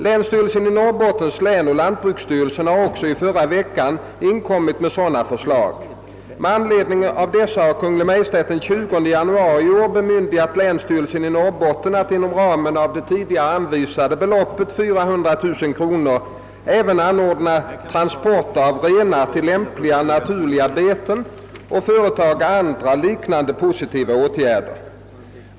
Länsstyrelsen i Norrbottens län och lantbruksstyrelsen har också i förra veckan inkommit med sådana förslag. Med anledning av dessa här Kungl. Maj:t den 20 januari i år bemyndigat länsstyrelsen i Norrbotten att inom ramen av det tidigare anvisade beloppet 400 000 kronor även anordna transport av renar till lämpliga naturliga beten och företaga andra liknande positiva åtgärder.